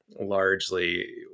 Largely